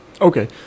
Okay